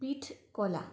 পীঠ কলা